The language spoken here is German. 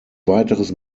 weiteres